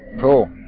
Cool